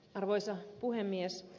arvoisa puhemies